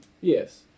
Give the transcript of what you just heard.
yes